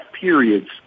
periods